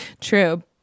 True